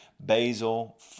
basil